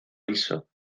liso